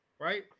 right